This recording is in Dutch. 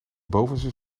bovenste